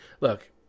look